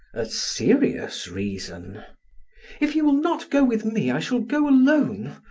a serious reason if you will not go with me, i shall go alone.